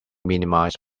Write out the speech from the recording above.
minimized